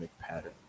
pattern